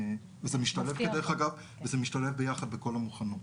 וזה משתלב ביחד בכל המוכנות.